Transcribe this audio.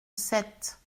sept